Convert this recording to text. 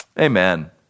Amen